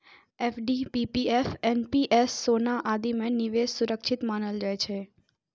FD, PPF, NPS, सोना आदि मे निवेश सुरक्षित मानल जाइ छै